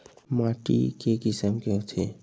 माटी के किसम के होथे?